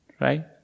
Right